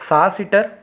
सहा सीटर